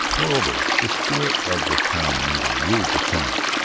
moreover, the spirit of the town meeting ruled the camp.